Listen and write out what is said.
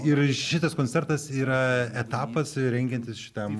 ir šitas koncertas yra etapas rengiantis šitam